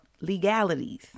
legalities